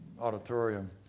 auditorium